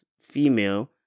female